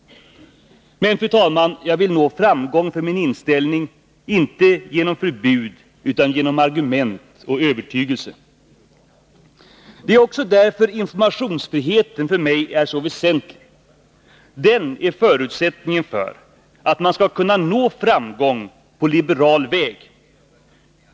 Men, fru talman, jag vill nå framgång för min inställning, inte genom förbud, utan genom argument och övertygelse. Det är också därför informationsfriheten för mig är så väsentlig. Den är förutsättningen för att man skall kunna nå framgång på liberal väg.